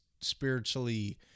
spiritually